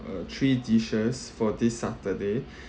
a three dishes for this saturday